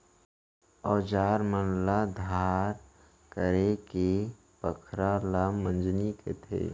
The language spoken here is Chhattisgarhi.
अउजार मन ल धार करेके पखरा ल मंजनी कथें